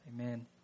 Amen